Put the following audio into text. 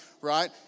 right